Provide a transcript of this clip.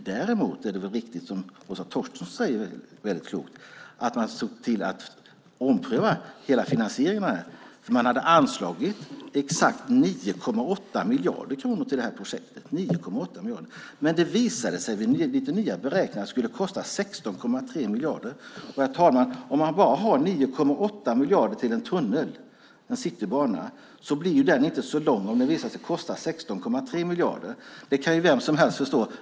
Däremot är det riktigt som Åsa Torstensson säger så klokt att man såg till att ompröva hela finansieringen. Man hade anslagit exakt 9,8 miljarder kronor till detta projekt. Det visade sig dock vid nya beräkningar att det skulle kosta 16,3 miljarder. Herr talman! Har man bara 9,8 miljarder till en tunnel, en citybana, blir den inte så lång om den visar sig kosta 16,3 miljarder. Det kan vem som helst förstå.